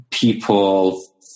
people